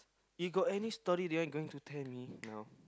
you got any story you are going tell me now